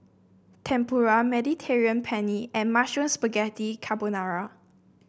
Tempura Mediterranean Penne and Mushroom Spaghetti Carbonara